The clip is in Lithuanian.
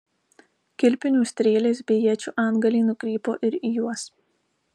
kilpinių strėlės bei iečių antgaliai nukrypo ir į juos